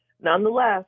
Nonetheless